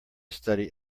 study